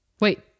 wait